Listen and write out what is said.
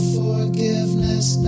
forgiveness